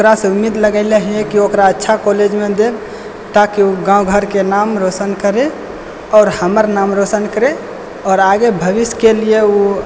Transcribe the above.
ओकरासँ उम्मीद लगैले है कि ओकरा अच्छा कॉलेज मे देब ताकि ओ गाॅंव घर के नाम रोसन करय आओर हमर नाम रोसन करय आओर आगे भविष्यके लिय ओ